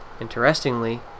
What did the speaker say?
Interestingly